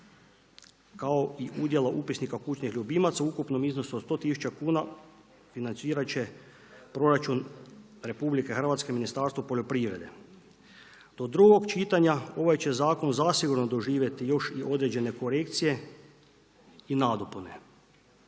kao i udjela upisnika kućnih ljubimaca u ukupnom iznosu od 100 tisuća kuna financirat će proračun RH Ministarstvo poljoprivrede. Do drugog čitanja ovaj će zakon zasigurno doživjeti još i određene korekcije i nadopune,